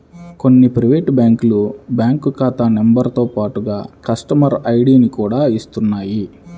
కొన్ని ప్రైవేటు బ్యాంకులు బ్యాంకు ఖాతా నెంబరుతో పాటుగా కస్టమర్ ఐడిని కూడా ఇస్తున్నాయి